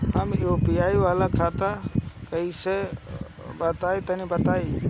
हम यू.पी.आई वाला खाता कइसे बनवाई तनि बताई?